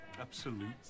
Absolute